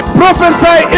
prophesy